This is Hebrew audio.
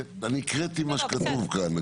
אני הקראתי מה שכתוב כאן,